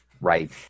right